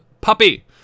Puppy